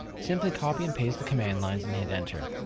simply copy and paste the command lines and hit enter.